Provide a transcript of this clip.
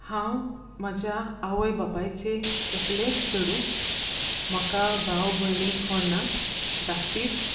हांव म्हज्या आवय बापायचें एकलेंच चेडूं म्हाका भाव भयणी कोण नात धाकटीच